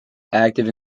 active